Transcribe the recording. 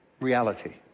reality